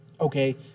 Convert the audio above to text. Okay